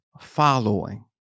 following